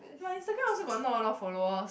my Instagram also got not a lot of followers